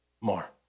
more